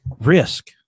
risk